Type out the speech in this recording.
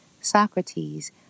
Socrates